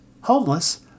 homeless